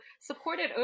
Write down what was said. supported